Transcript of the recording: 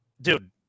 dude